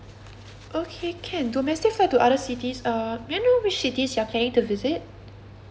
okay can domestic flight to other cities uh may I know which cities you are planning to visit